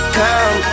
come